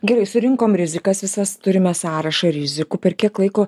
gerai surinkom rizikas visas turime sąrašą rizikų per kiek laiko